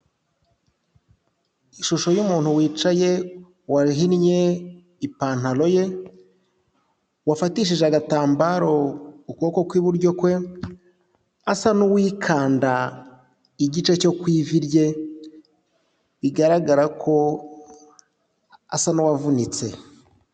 Ishusho y'umuntu wicaye wahinnye ipantaro ye, wafatishije agatambaro ukuboko kw'iburyo kwe asa n'uwikanda igice cyo ku ivi rye, bigaragara ko asa n'uwavunitse.